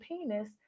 penis